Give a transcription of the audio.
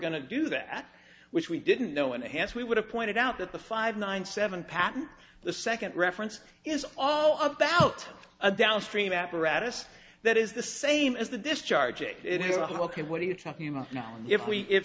going to do that which we didn't know and hence we would have pointed out that the five nine seven patent the second reference is all about a downstream apparatus that is the same as the discharge it is ok what are you talking about now if we if